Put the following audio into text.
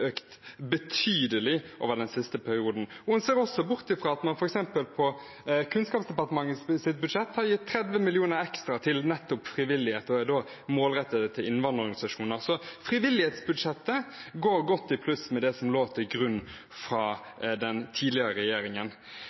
økt betydelig over den siste perioden. Hun ser også bort ifra at man i Kunnskapsdepartementets budsjett f.eks. har gitt 30 mill. kr ekstra til nettopp frivillighet, målrettet til innvandrerorganisasjoner. Så frivillighetsbudsjettet går godt i pluss med det som lå til grunn fra den tidligere regjeringen.